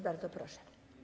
Bardzo proszę.